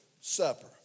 Supper